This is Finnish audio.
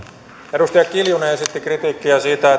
edustaja kiljunen esitti kritiikkiä siitä